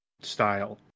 style